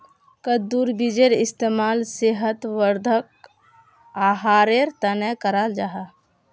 कद्दुर बीजेर इस्तेमाल सेहत वर्धक आहारेर तने कराल जाहा